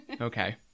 Okay